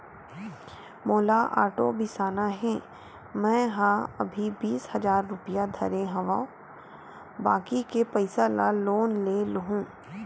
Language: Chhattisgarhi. मोला आटो बिसाना हे, मेंहा अभी बीस हजार रूपिया धरे हव बाकी के पइसा ल लोन ले लेहूँ